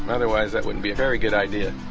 otherwise, that wouldn't be a very good idea